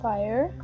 Fire